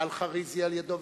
ואלחריזי לידו,